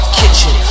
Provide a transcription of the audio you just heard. kitchen